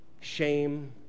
shame